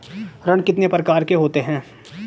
ऋण कितने प्रकार के होते हैं?